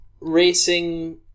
racing